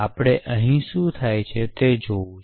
તેથી આપણે અહીં શું થાય છે તે જોશું